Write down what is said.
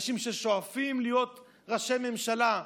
אנשים ששואפים להיות ראשי ממשלה.